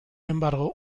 embargo